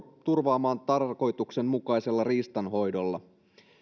turvaamaan tarkoituksenmukaisella riistanhoidolla